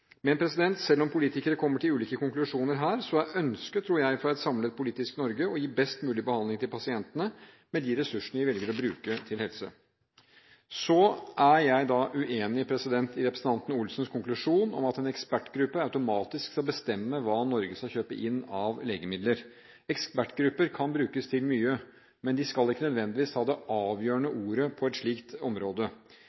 Men selv om politikere kommer til ulike konklusjoner her, så er ønsket, tror jeg, fra et samlet politisk Norge å gi best mulig behandling til pasientene med de ressursene vi velger å bruke til helse. Så er jeg uenig i representanten Olsens konklusjon om at en ekspertgruppe automatisk skal bestemme hva Norge skal kjøpe inn av legemidler. Ekspertgrupper kan brukes til mye, men de skal ikke nødvendigvis ha det avgjørende